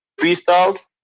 freestyles